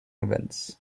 events